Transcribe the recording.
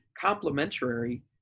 complementary